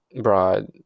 broad